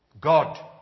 God